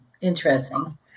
Interesting